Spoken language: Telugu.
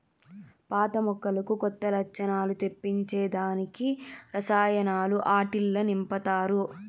పాత మొక్కలకు కొత్త లచ్చణాలు తెప్పించే దానికి రసాయనాలు ఆట్టిల్ల నింపతారు